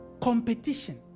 Competition